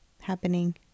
happening